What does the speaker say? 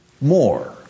More